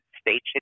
state